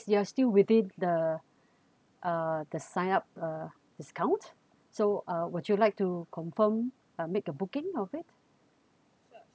you are still within the uh the sign up uh discount so uh would you like to confirm uh make a booking of it